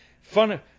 funny